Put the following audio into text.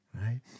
right